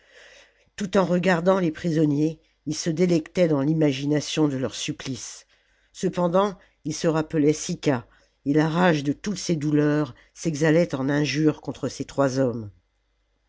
tout en regardant les prisonniers il se délectait dans l'imagination de leur supplice cependant il se rappelait sicca et la rage de toutes ses douleurs s'exhalait en injures contre ces trois hommes